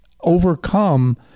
overcome